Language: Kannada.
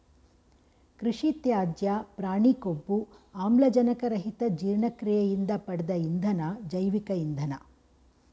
ಕೃಷಿತ್ಯಾಜ್ಯ ಪ್ರಾಣಿಕೊಬ್ಬು ಆಮ್ಲಜನಕರಹಿತಜೀರ್ಣಕ್ರಿಯೆಯಿಂದ ಪಡ್ದ ಇಂಧನ ಜೈವಿಕ ಇಂಧನ